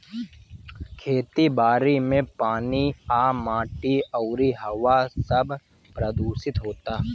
खेती बारी मे पानी आ माटी अउरी हवा सब प्रदूशीत होता